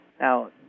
Now